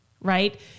right